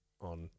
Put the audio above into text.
on